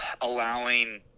allowing